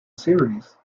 series